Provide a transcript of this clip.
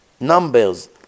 Numbers